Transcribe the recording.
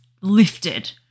lifted